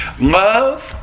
love